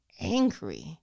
angry